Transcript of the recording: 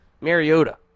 Mariota